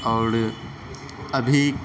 اور ابھی